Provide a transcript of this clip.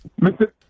Mr